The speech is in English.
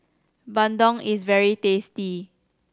bandung is very tasty